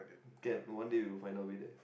can one day we will find our way there